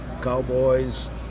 cowboys